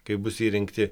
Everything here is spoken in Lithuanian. kai bus įrengti